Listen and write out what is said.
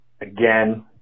again